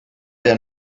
der